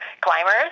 climbers